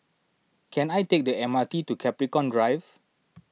can I take the M R T to Capricorn Drive